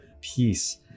peace